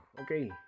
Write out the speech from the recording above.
okay